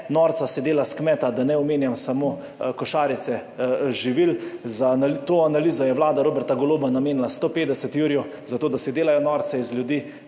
norca se dela s kmeta, da ne omenjam samo košarice živil. Za to analizo je Vlada Roberta Goloba namenila 150 jurjev zato, da se delajo norca iz ljudi,